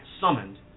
summoned